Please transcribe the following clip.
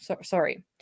sorry